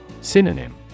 Synonym